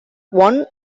one